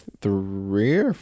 three